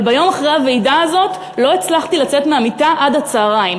אבל יום אחרי הוועידה הזאת לא הצלחתי לצאת מהמיטה עד הצהריים.